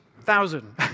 thousand